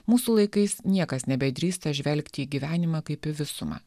mūsų laikais niekas nebedrįsta žvelgti į gyvenimą kaip į visumą